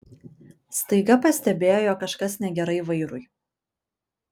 staiga pastebėjo jog kažkas negerai vairui